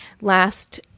last